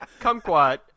Kumquat